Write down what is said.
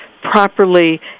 properly